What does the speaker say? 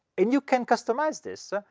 and you can customize this,